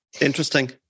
Interesting